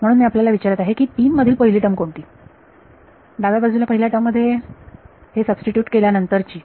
म्हणून मी आपल्याला विचारत आहे की 3 मधील पहिली टर्म कोणती डाव्या बाजूला पहिल्या टर्म मध्ये हे सबस्टिट्यूट केल्यानंतरची